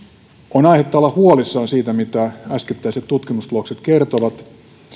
on aihetta olla huolissaan siitä mitä äskettäiset tutkimustulokset kertovat